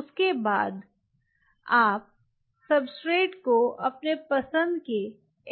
उसके बाद आप देखें समय 1152 सब्सट्रेट को अपने पसंद के